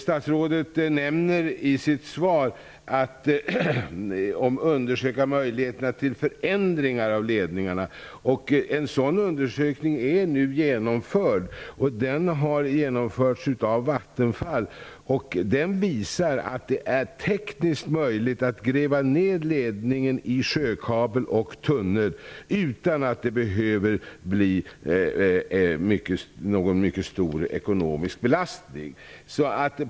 Statsrådet nämner i sitt svar att man skulle undersöka möjligheterna till förändringar av ledningarna. En sådan undersökning är nu genomförd av Vattenfall. Den visar att det är tekniskt möjligt att gräva ned ledningen i sjökabel och tunnel, utan att det behöver bli en stor ekonomisk belastning.